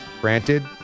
granted